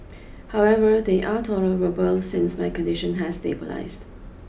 however they are tolerable since my condition has stabilised